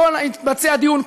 לא התבצע דיון,